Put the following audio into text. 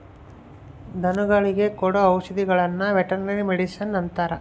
ಧನಗುಳಿಗೆ ಕೊಡೊ ಔಷದಿಗುಳ್ನ ವೆರ್ಟನರಿ ಮಡಿಷನ್ ಅಂತಾರ